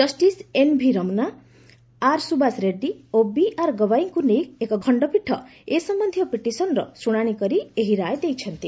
justice NV Ramana R Subhash Reddy ଓ ବିଆର୍ଗବାଇଙ୍କୁ ନେଇ ଏକ ଖଣ୍ଡପୀଠ ଏ ସମ୍ଭନ୍ଧୀୟ ପିଟିସନ୍ର ଶୁଣାଣି କରି ଏହି ରାୟ ଦେଇଛନ୍ତି